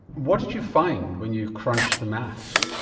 what did you find when you crunched the maths?